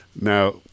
Now